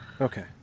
Okay